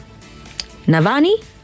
navani